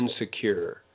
insecure